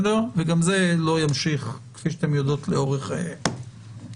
וגם זה לא ימשיך כפי שאתן יודעות לאורך זמן.